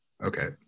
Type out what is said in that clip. Okay